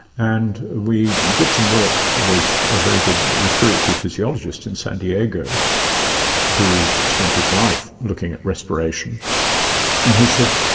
and we did some work with a very good respiratory physiologist in san diego who had spent his life looking at respiration and he said,